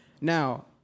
Now